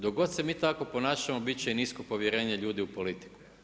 Dok god se mi tako ponašamo bit će i nisko povjerenje ljudi u politiku.